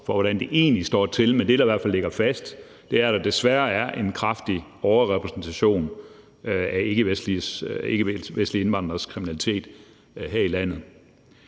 for, hvordan det egentlig står til, men det, der i hvert fald ligger fast, er, at der desværre er en kraftig overrepræsentation af ikkevestlige indvandrere i forhold til kriminalitet her i landet.